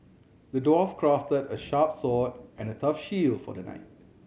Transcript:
the dwarf crafted a sharp sword and a tough shield for the knight